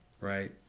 right